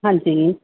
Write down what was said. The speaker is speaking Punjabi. ਹਾਂਜੀ